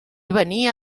venia